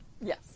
Yes